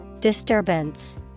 Disturbance